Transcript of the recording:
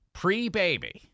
pre-baby